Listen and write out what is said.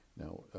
Now